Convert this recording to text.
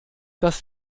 dass